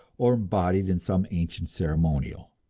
or embodied in some ancient ceremonial.